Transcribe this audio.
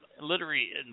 literary